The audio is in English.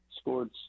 scored